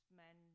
men